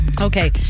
Okay